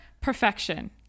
perfection